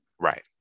right